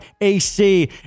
AC